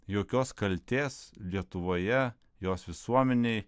jokios kaltės lietuvoje jos visuomenei